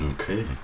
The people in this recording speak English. Okay